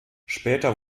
später